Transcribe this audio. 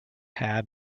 had